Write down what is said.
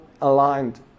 aligned